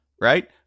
right